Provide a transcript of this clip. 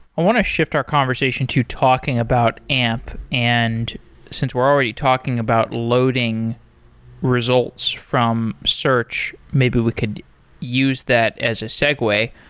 i want to shift our conversation to talking about amp, and since we're already talking about loading results from search, maybe we could use that as a segue.